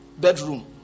Bedroom